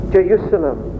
Jerusalem